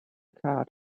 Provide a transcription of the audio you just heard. card